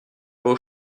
vos